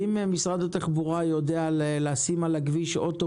אם משרד התחבורה יודע לשים על הכביש אוטו